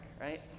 right